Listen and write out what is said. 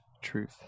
truth